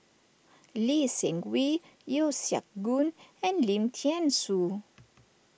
Lee Seng Wee Yeo Siak Goon and Lim thean Soo